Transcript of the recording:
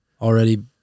already